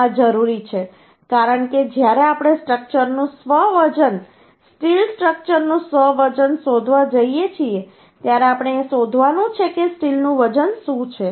આ જરૂરી છે કારણ કે જ્યારે આપણે સ્ટ્રક્ચરનું સ્વ વજન સ્ટીલ સ્ટ્રક્ચરનું સ્વ વજન શોધવા જઈએ છીએ ત્યારે આપણે એ શોધવાનું છે કે સ્ટીલનું વજન શું છે